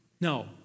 No